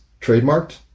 trademarked